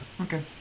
Okay